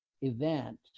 event